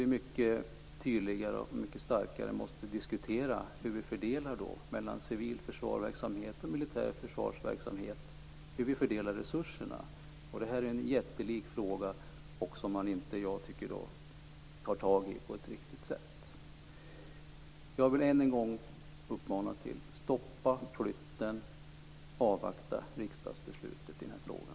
Vi måste mycket tydligare diskutera hur vi fördelar resurserna mellan civil försvarsverksamhet och militär försvarsverksamhet. Det är en jättelik fråga som jag inte tycker att man tar tag i på rätt sätt. Jag vill än en gång uppmana: Stoppa flytten. Avvakta riksdagsbeslutet i den här frågan.